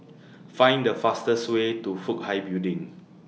Find The fastest Way to Fook Hai Building